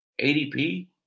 ADP